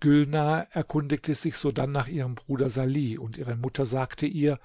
gülnar erkundigte sich sodann nach ihrem bruder salih und ihre mutter sagte ihr